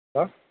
hello